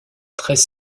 treize